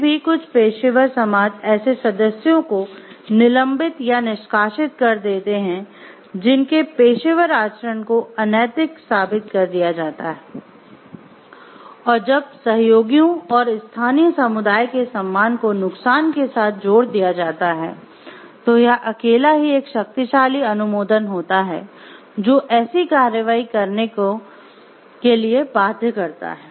फिर भी कुछ पेशेवर समाज ऐसे सदस्यों को निलंबित या निष्कासित कर देते हैं जिनके पेशेवर आचरण को अनैतिक साबित कर दिया जाता है और जब सहयोगियों और स्थानीय समुदाय के सम्मान को नुकसान के साथ जोड़ दिया जाता है तो यह अकेला ही एक शक्तिशाली अनुमोदन होता है जो ऐसी कार्रवाई करने को के लिए बाध्य करता है